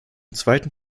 zweiten